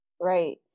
Right